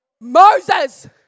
Moses